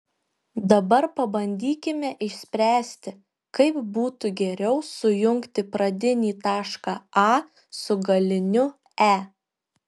dabar pabandykime išspręsti kaip būtų geriau sujungti pradinį tašką a su galiniu e